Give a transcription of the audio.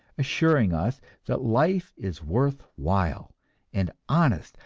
assuring us that life is worth while and honest,